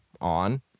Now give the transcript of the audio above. on